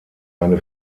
eine